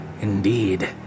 Indeed